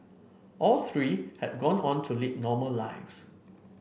all three have gone on to lead normal lives